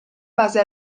base